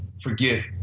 forget